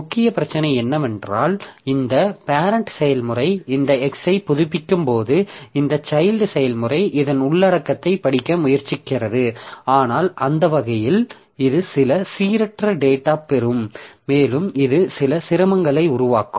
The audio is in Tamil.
முக்கிய பிரச்சினை என்னவென்றால் இந்த பேரெண்ட் செயல்முறை இந்த x ஐப் புதுப்பிக்கும்போது இந்த சைல்ட் செயல்முறை இதன் உள்ளடக்கத்தையும் படிக்க முயற்சிக்கிறது ஆனால் அந்த வகையில் இது சில சீரற்ற டேட்டா ப் பெறும் மேலும் இது சில சிரமங்களை உருவாக்கும்